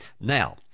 now